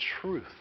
truth